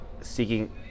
seeking